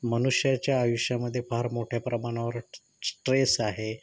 मनुष्याच्या आयुष्यामध्ये फार मोठ्या प्रमाणावर स्ट्रेस आहे